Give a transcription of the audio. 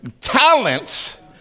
talents